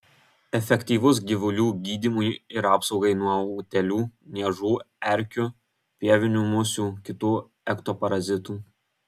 efektyvus gyvulių gydymui ir apsaugai nuo utėlių niežų erkių pievinių musių kitų ektoparazitų